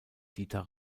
dieter